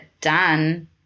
done